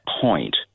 point